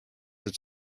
its